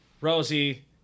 Rosie